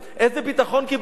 איזה ביטחון קיבלנו?